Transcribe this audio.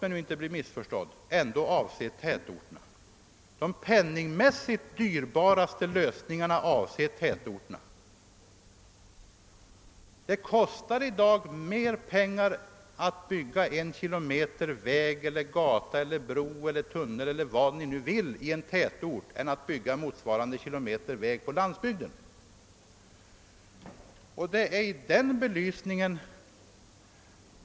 Jag skall inte ett ögonblick försöka uttala mig om huruvida det ena eller det andra eller det tredje av dessa problem nu eller i framtiden skall vara att betrakta som viktigare att prioritera än de andra. Så skall vi inte föra diskussionen.